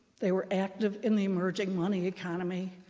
they were active in the emerging money economy,